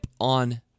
on